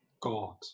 God